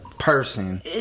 person